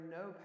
no